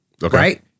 right